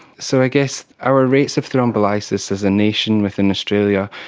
so i guess our rates of thrombolysis as a nation within australia,